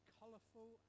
colourful